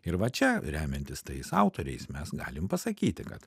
ir va čia remiantis tais autoriais mes galime pasakyti kad